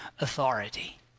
authority